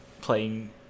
Playing